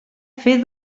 fer